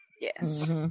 Yes